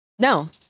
No